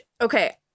Okay